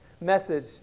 message